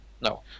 No